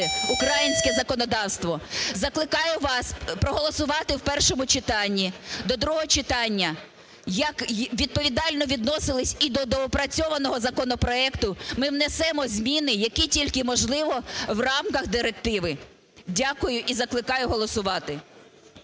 українське законодавство. Закликаю вас проголосувати в першому читанні. До другого читання, як відповідально відносились і до доопрацьованого законопроекту, ми внесемо зміни, які тільки можливо в рамках директиви. Дякую. І закликаю голосувати.